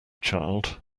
child